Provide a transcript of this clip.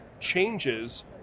changes